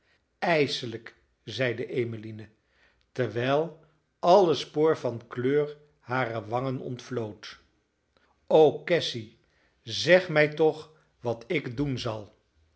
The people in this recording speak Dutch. ijselijk zeide emmeline terwijl alle spoor van kleur hare wangen ontvlood o cassy zeg mij toch wat ik doen zal